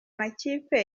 makipe